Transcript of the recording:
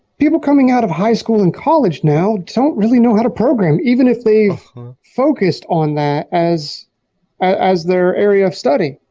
people coming out of highschool and college now don't really know how to program. even if they focus on that as as their area of study,